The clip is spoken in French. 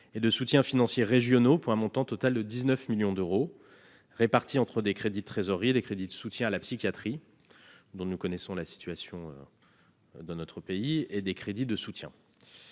et de soutiens financiers régionaux, pour un montant total de 19 millions d'euros, répartis entre crédits de trésorerie et crédits de soutien à la psychiatrie, dont nous connaissons la situation. Conscient de cette situation